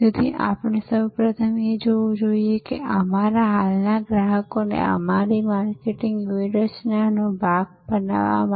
તે ખૂબ જ મહત્વપૂર્ણ છે કે આજે તમે જાણો છોકે ડબ્બાવાલા એવા સમયે ગ્રાહકના ઘરે જાય છે જ્યારે લોકો ઓફિસો અને શાળા કોલેજોથી દૂર હોય છે